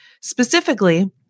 Specifically